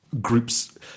groups